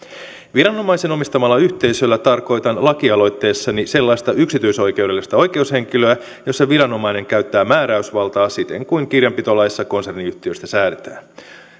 viranomaisen omistamalla yhteisöllä tarkoitan lakialoitteessani sellaista yksityisoikeudellista oikeushenkilöä jossa viranomainen käyttää määräysvaltaa siten kuin kirjanpitolaissa konserniyhtiöstä säädetään